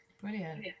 Brilliant